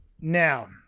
Now